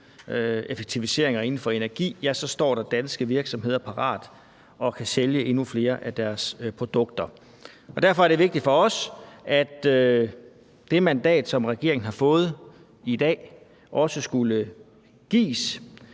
effektiviseringer inden for energi, står der danske virksomheder parat og kan sælge endnu flere af deres produkter. Derfor er det vigtigt for os, at det mandat, som regeringen har fået i dag, også skulle gives.